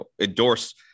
endorse